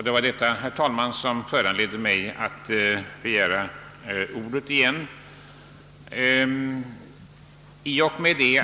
Det var detta, herr talman, som föranledde mig att åter begära ordet.